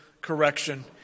correction